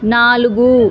నాలుగు